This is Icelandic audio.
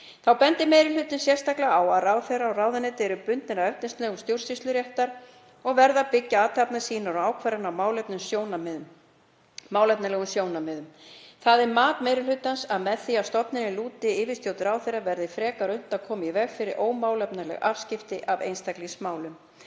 Þá bendir meiri hlutinn sérstaklega á að ráðherra og ráðuneyti eru bundin af efnisreglum stjórnsýsluréttar og verða að byggja athafnir sínar og ákvarðanir á málefnalegum sjónarmiðum. Það er mat meiri hlutans að með því að stofnunin lúti yfirstjórn ráðherra verði frekar unnt að koma í veg fyrir ómálefnaleg afskipti af einstaklingsmálum.